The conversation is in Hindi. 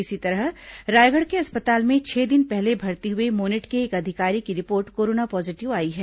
इसी तरह रायगढ़ के अस्पताल में छह दिन पहले भर्ती हुए मोनेट के एक अधिकारी की रिपोर्ट कोरोना पॉजीटिव आई है